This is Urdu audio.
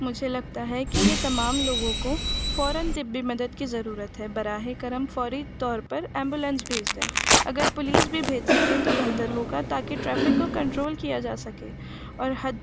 مجھے لگتا ہے کہ یہ تمام لوگوں کو فوراً طبعی مدد کی ضرورت ہے براہ کرم فوری طور پر ایمبولینس بھیج دیں اگر پولیس بھیج سکیں تو بہتر ہوگا تاکہ ٹریفک کو کنٹرول کیا جا سکے اور حد